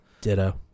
Ditto